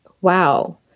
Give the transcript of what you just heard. wow